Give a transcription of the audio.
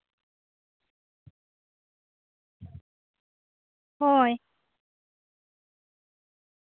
ᱦᱳᱭ